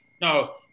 no